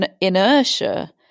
inertia